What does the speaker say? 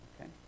Okay